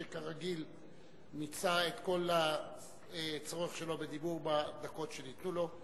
שכרגיל מיצה את כל הצורך שלו בדיבור בדקות שניתנו לו.